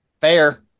Fair